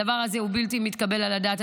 הדבר הזה הוא בלתי מתקבל על הדעת.